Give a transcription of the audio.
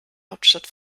hauptstadt